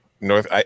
North